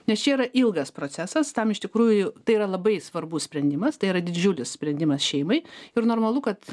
nes čia yra ilgas procesas tam iš tikrųjų tai yra labai svarbus sprendimas tai yra didžiulis sprendimas šeimai ir normalu kad